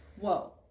whoa